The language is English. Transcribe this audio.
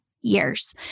years